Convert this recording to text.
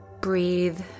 Breathe